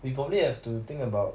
we probably have to think about